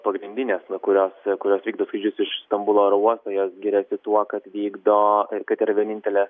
pagrindinės na kurios kurios vykdo skrydžius iš stambulo oro uosto jos giriasi tuo kad vykdo kad yrs vienintelės